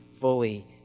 fully